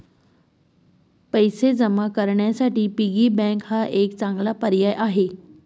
पैसे जमा करण्यासाठी पिगी बँक हा एक चांगला पर्याय आहे